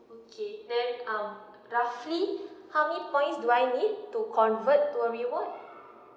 okay then um roughly how many points do I need to convert to a reward